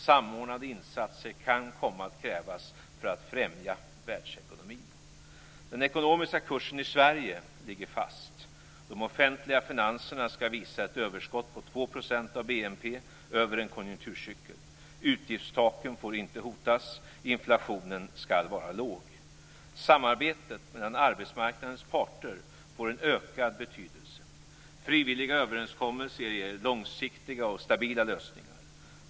Samordnade insatser kan komma att krävas för att främja världsekonomin. Den ekonomiska kursen i Sverige ligger fast. De offentliga finanserna skall visa ett överskott på 2 % av BNP över en konjunkturcykel. Utgiftstaken får inte hotas. Inflationen skall vara låg. Samarbetet mellan arbetsmarknadens parter får en ökad betydelse. Frivilliga överenskommelser ger långsiktiga och stabila lösningar.